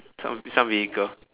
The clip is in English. some some vehicle